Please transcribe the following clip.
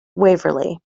waverley